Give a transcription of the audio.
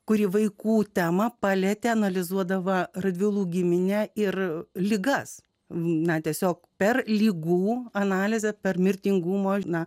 kuri vaikų temą paletę analizuodavo radvilų gimine ir ligas na tiesiog per ligų analizę per mirtingumą